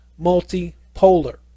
multipolar